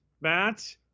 matt